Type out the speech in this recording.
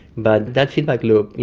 but that feedback loop, you